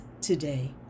today